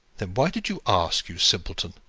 then why did you ask, you simpleton?